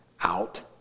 out